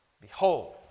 Behold